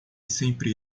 sempre